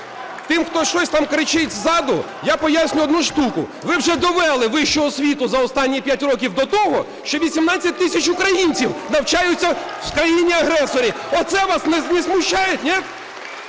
Тим, хто щось там кричить ззаду, я поясню одну штуку: ви вже довели вищу освіту за останні 5 років до того, що 18 тисяч українців навчаються в країні-агресорі. Оце вас не смущает,